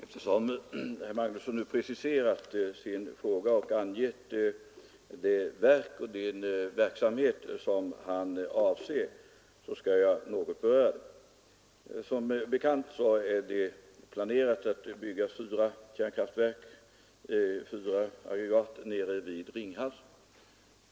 Fru talman! Eftersom herr Magnusson i Kristinehamn nu preciserat sin fråga och angivit det verk och den verksamhet som han avser, skall jag något beröra det spörsmål han syftar på. Som bekant har man planerat att bygga fyra aggregat nere vid Ringhals.